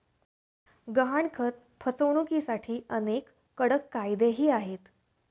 गहाणखत फसवणुकीसाठी अनेक कडक कायदेही आहेत